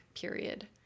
period